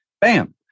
Bam